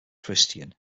christian